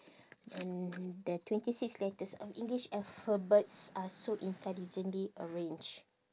and the twenty six letters of english alphabets are so intelligently arranged